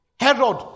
Herod